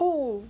oh